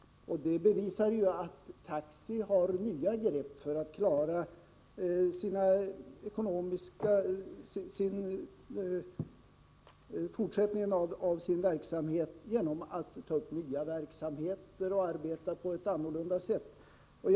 Den visar att taxi tar nya grepp för att klara av sin verksamhet genom att ta upp nya verksamhetsområden och arbeta på ett annorlunda sätt än tidigare.